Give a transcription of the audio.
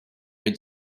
had